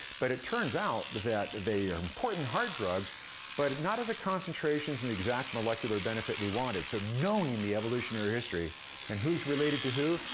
but it turns out that they are important heart drugs but not at the concentrations and the exact molecular benefit we wanted. so knowing the evolutionary history and who's related to who,